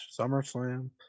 SummerSlam